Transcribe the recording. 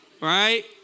Right